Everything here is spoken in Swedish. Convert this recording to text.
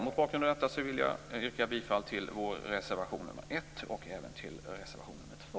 Mot bakgrund av detta vill jag yrka bifall till vår reservation nr 1 och även till reservation nr 2.